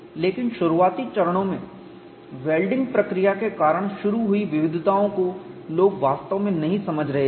लेकिन शुरुआती चरणों में वेल्डिंग प्रक्रिया के कारण शुरू हुई विविधताओं को लोग वास्तव में नहीं समझ रहे थे